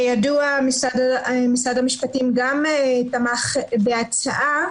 כידוע, משרד המשפטים תמך בהצעה,